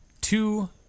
two